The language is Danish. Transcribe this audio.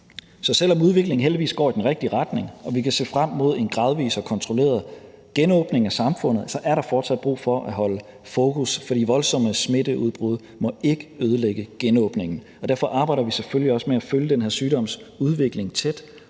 Så selv om udviklingen heldigvis går i den rigtige retning og vi kan se frem mod en gradvis og kontrolleret genåbning af samfundet, er der fortsat brug for at holde fokus, for de voldsomme smitteudbrud må ikke ødelægge genåbningen. Derfor arbejder vi selvfølgelig også med at følge den her sygdoms udvikling tæt,